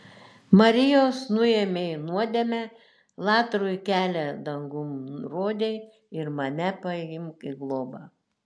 marijos nuėmei nuodėmę latrui kelią dangun rodei ir mane paimk į globą